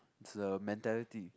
is a mentality